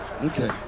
Okay